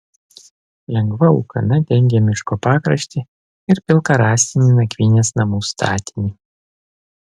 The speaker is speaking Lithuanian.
lengva ūkana dengė miško pakraštį ir pilką rąstinį nakvynės namų statinį